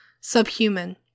Subhuman